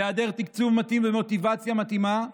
בהיעדר תקצוב מתאים ומוטיבציה מתאימה,